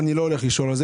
אני לא אשאל על זה,